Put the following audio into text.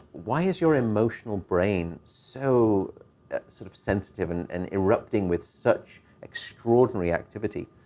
why is your emotional brain so sort of sensitive and and erupting with such extraordinary activity?